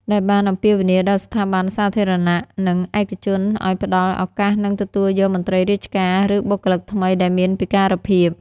ដែលបានអំពាវនាវដល់ស្ថាប័នសាធារណៈនិងឯកជនឱ្យផ្តល់ឱកាសនិងទទួលយកមន្ត្រីរាជការឬបុគ្គលិកថ្មីដែលមានពិការភាព។